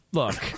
look